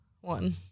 one